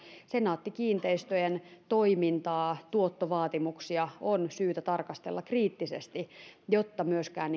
senaatti kiinteistöjen toimintaa ja tuottovaatimuksia on syytä tarkastella kriittisesti jotta myöskään